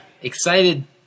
excited